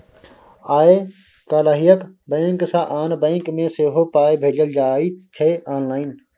आय काल्हि एक बैंक सँ आन बैंक मे सेहो पाय भेजल जाइत छै आँनलाइन